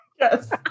yes